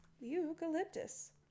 eucalyptus